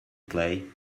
play